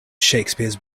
shakespeare’s